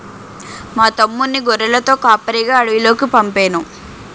మా తమ్ముణ్ణి గొర్రెలతో కాపరిగా అడవిలోకి పంపేను